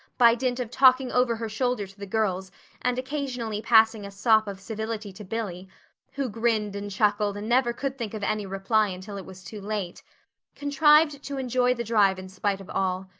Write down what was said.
by dint of talking over her shoulder to the girls and occasionally passing a sop of civility to billy who grinned and chuckled and never could think of any reply until it was too late contrived to enjoy the drive in spite of all.